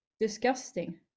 disgusting